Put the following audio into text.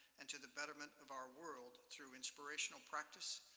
and to the betterment of our world through inspirational practice,